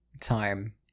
time